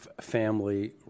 family